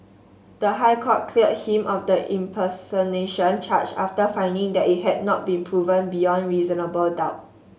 the High Court cleared him of the impersonation charge after finding that it had not been proven beyond reasonable doubt